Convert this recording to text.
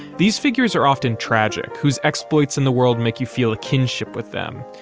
these figures are often tragic, whose exploits in the world make you feel a kinship with them.